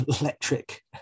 electric